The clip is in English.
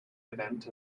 event